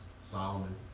Solomon